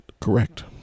correct